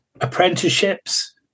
apprenticeships